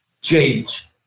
change